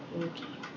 okay